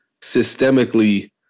systemically